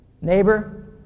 neighbor